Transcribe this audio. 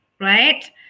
right